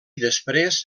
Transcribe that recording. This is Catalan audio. després